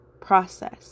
process